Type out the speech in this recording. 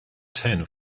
ten